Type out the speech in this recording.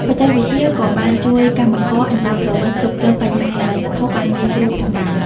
បច្ចេកវិទ្យាក៏បានជួយកម្មករអន្តោប្រវេស៍គ្រប់គ្រងបញ្ហាហិរញ្ញវត្ថុបានងាយស្រួលផងដែរ។